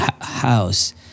house